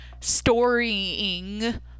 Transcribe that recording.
storying